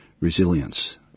resilience